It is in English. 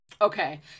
Okay